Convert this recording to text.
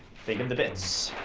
think of the bits.